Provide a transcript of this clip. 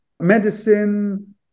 Medicine